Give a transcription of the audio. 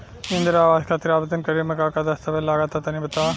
इंद्रा आवास खातिर आवेदन करेम का का दास्तावेज लगा तऽ तनि बता?